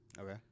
Okay